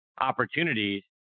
opportunities